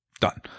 done